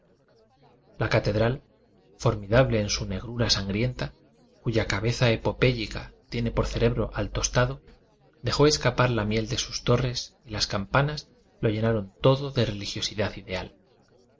f a catedral formidable en su negrura mugrienta cuya cabeza epopéyica tiene por cerebro al tostado dejó escapar la miel e sus torres y las campanas lo llenaron religiosidad ideai